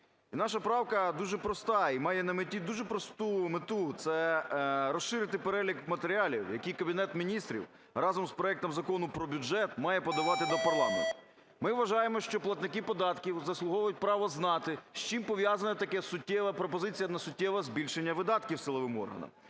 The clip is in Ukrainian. наша правка дуже проста і має на меті дуже просту мету – це розширити перелік матеріалів, які Кабінет Міністрів разом з проектом Закону про бюджет має подавати до парламенту. Ми вважаємо, що платники податків заслуговують право знати, з чим пов'язане таке суттєве, пропозиція на суттєве збільшення видатків силовим органам.